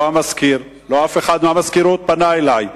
לא המזכיר, לא אף אחד מהמזכירות, פנה אלי.